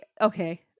okay